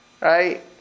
right